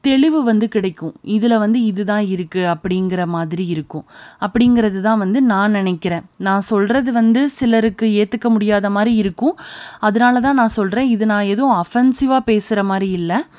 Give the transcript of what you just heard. தெளிவு வந்து கிடைக்கும் இதில் வந்து இதுதான் இருக்குது அப்படிங்கிற மாதிரி இருக்கும் அப்படிங்கிறதுதான் வந்து நான் நினைக்கிறேன் நான் சொல்கிறது வந்து சிலருக்கு ஏற்றுக்க முடியாத மாதிரி இருக்கும் அதனால தான் நான் சொல்கிறேன் இது நான் எதுவும் அஃபென்சிவாக பேசுகிற மாதிரி இல்லை